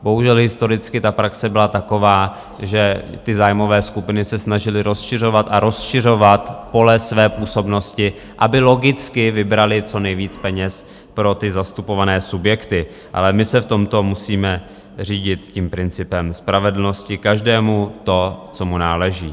Bohužel historicky praxe byla taková, že zájmové skupiny se snažily rozšiřovat a rozšiřovat pole své působnosti, aby logicky vybraly co nejvíc peněz pro zastupované subjekty, ale my se v tomto musíme řídit principem spravedlnosti každému to, co mu náleží.